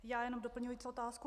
Já jenom doplňující otázku.